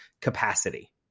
capacity